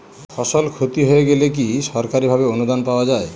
ফসল ক্ষতি হয়ে গেলে কি সরকারি ভাবে অনুদান পাওয়া য়ায়?